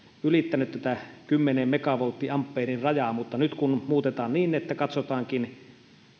ylittänyt tätä kymmenen megavolttiampeerin rajaa mutta kun nyt muutetaan tätä niin että katsotaankin